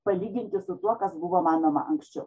palyginti su tuo kas buvo manoma anksčiau